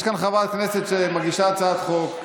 יש כאן חברת כנסת שמגישה הצעת חוק.